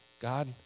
God